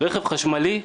רכב חשמלי,